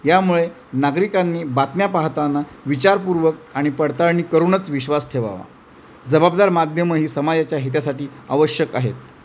यामुळे नागरिकांनी बातम्या पाहताना विचारपूर्वक आणि पडताळणी करूनच विश्वास ठेवावा जबाबदार माध्यमं ही समाजाच्या हितासाठी आवश्यक आहेत